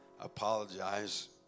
apologize